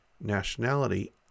nationality